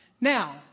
Now